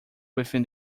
within